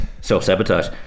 self-sabotage